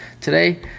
Today